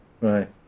right